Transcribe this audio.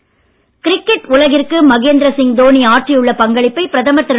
Modi Dhoni cricket உலகிற்கு மகேந்திர சிங் தோனி ஆற்றியுள்ள பங்களிப்பை பிரதமர் திரு